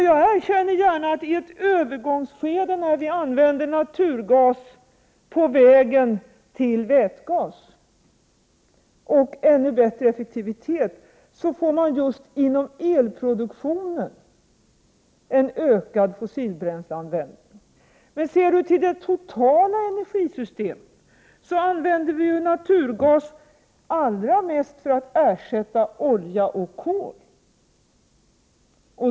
Jag erkänner gärna att i ett övergångsskede när vi använder naturgas på vägen till vätgas och ännu bättre effektivitet får man just inom elproduktionen en ökad användning av fossila bränslen. Ser man på det totala energisystemet kan man konstatera att vi använder naturgas allra mest för att ersätta olja och kol.